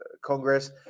Congress